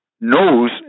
knows